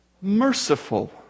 Merciful